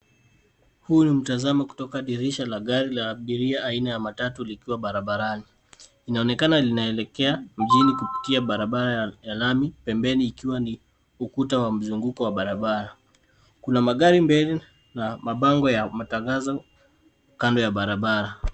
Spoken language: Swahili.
Huu ni mtazamo kutoka dirisha la gari la abiria aina ya matatu likiwa barabarani. Inaonekana linaelekea mjini kupitia barabara ya lami pembeni ikiwa ni ukuta wa mzunguko wa barabara. Kuna magari mbele na mabango ya matangazo kando ya barabara.